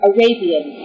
Arabian